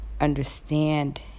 understand